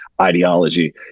ideology